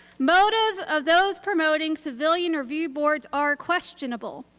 motives of those promoting civilian review boards are questionable.